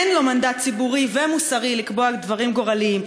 אין לו מנדט ציבורי ומוסרי לקבוע דברים גורליים,